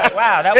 and wow,